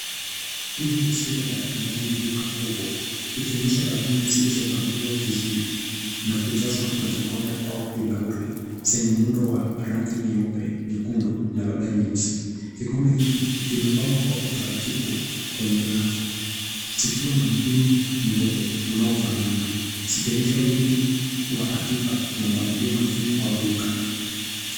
Hii ni taswira ya ndani ya duka kubwa ikionyesha rafuni zilizopangiwa vizuri na kujazwa na vikombe au bilauri zenye muundo wa rangi nyeupe, nyekundu na labda nyeusi. Vikombe hivi vimepangwa kwa utaratibu kwenye rafu zikiwa na mpini mweupe unaofanana zikionyesha wingi wa akiba na mpangilio makini wa duka.